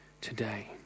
today